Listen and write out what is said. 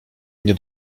nie